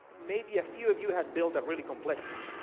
maybe a few of you have built a really complex one.